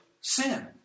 sin